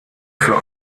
für